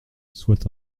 soit